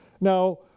now